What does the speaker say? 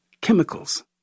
chemicals